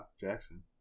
Jackson